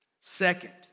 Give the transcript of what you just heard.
Second